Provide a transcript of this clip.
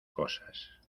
cosas